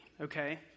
okay